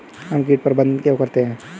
हम कीट प्रबंधन क्यों करते हैं?